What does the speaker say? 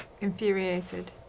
infuriated